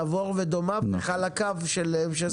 תבור ודומיו וחלקיו של M16,